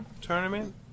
tournament